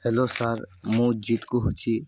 hello sir ମୁଁ ଜିତ୍ କହୁଛି